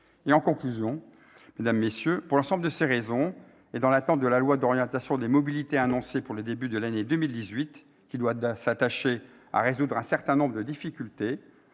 en pleine émergence. Pour l'ensemble de ces raisons, et dans l'attente de la loi d'orientation sur les mobilités annoncée pour le début de l'année 2018 qui doit permettre de résoudre un certain nombre de difficultés,